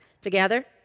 Together